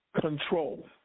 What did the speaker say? control